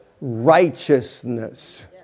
Righteousness